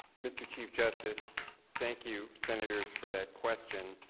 mr. chief justice thank you senators for the question